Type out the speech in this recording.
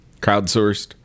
Crowdsourced